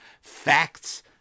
Facts